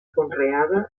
conreada